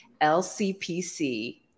LCPC